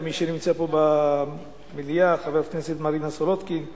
ממי שנמצא פה במליאה, חברת הכנסת מרינה סולודקין,